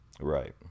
Right